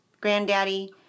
Granddaddy